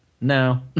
No